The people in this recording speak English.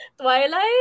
Twilight